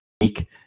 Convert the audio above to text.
week